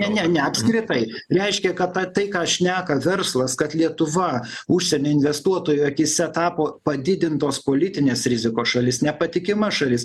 ne ne ne apskritai reiškia kad tą tai ką šneka verslas kad lietuva užsienio investuotojų akyse tapo padidintos politinės rizikos šalis nepatikima šalis